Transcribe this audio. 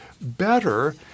better